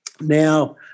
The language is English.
now